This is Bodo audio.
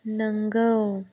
नंगौ